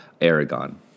Aragon